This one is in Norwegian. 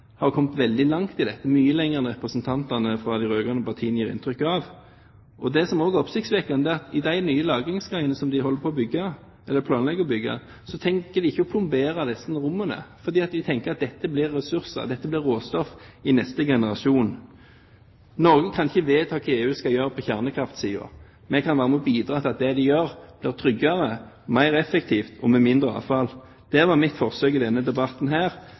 har kommet veldig langt, mye lenger enn det representantene fra de rød-grønne partiene gir inntrykk av. Og det som også er oppsiktsvekkende, er at når det gjelder de nye lagringsgangene som de planlegger å bygge, tenker de ikke på å plombere de rommene, fordi de tenker at dette vil bli ressurser, dette vil bli råstoff, i neste generasjon. Norge kan ikke vedta hva EU skal gjøre på kjernekraftsiden. Vi kan være med og bidra til at det de gjør, er tryggere, mer effektivt og gir mindre avfall. Det var mitt forsøk i denne debatten her,